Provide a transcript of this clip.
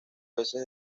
veces